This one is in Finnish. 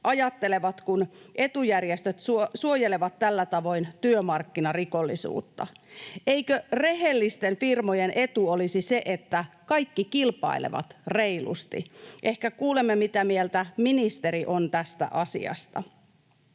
ajattelevat, kun etujärjestöt suojelevat tällä tavoin työmarkkinarikollisuutta. Eikö rehellisten firmojen etu olisi se, että kaikki kilpailevat reilusti? Ehkä kuulemme, mitä mieltä ministeri on tästä asiasta.